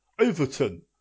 Overton